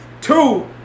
Two